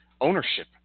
ownership